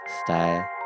style